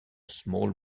small